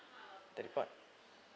the report